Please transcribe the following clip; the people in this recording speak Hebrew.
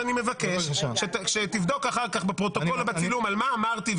אז אני מבקש שתבדוק אחר כך בפרוטוקול או בצילום על מה אמרתי,